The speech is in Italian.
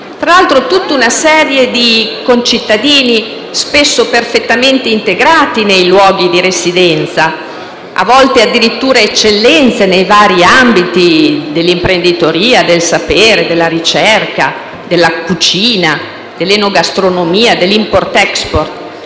Tra l'altro, parliamo di concittadini spesso perfettamente integrati nei luoghi di residenza; a volte sono addirittura eccellenze nei vari ambiti dell'imprenditoria, del sapere, della ricerca, della cucina, dell'enogastronomia e dell'*import-export*.